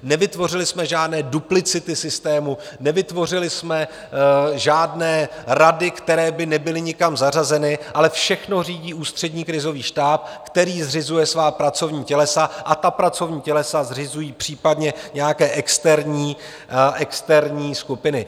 Nevytvořili jsme žádné duplicity systému, nevytvořili jsme žádné rady, které by nebyly nikam zařazeny, ale všechno řídí Ústřední krizový štáb, který zřizuje svá pracovní tělesa, a ta pracovní tělesa zřizují případně nějaké externí skupiny.